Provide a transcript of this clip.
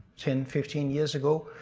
ten, fifteen years ago,